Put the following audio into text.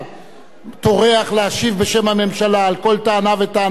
טורח להשיב בשם הממשלה על כל טענה וטענה שנשמעה פה.